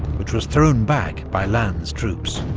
which was thrown back by lannes' troops.